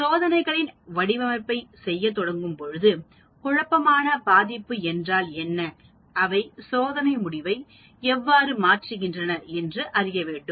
சோதனைகளின் வடிவமைப்பைச் செய்யத் தொடங்கும்போது குழப்பமான பாதிப்பு என்றால் என்ன அவை சோதனை முடிவை எவ்வாறு மாற்றுகின்றன என்று அறிய வேண்டும்